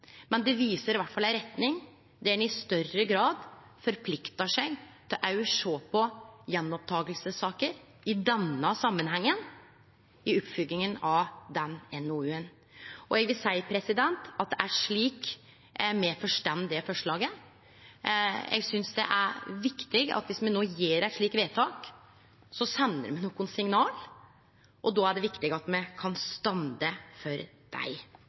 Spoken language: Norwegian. men det viser iallfall ei retning der ein i større grad forpliktar seg til å sjå på gjenopptakingssaker i denne samanhengen i oppfølginga av den NOU-en. Eg vil seie at det er slik me forstår det forslaget. Eg synest det er viktig at viss me no gjer eit slikt vedtak, sender me nokre signal, og då er det viktig at me kan stå for dei.